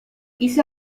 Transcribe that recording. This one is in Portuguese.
isso